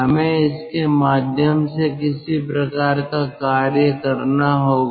हमें इसके माध्यम से किसी प्रकार का कार्य करना होगा